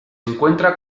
encuentra